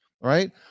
Right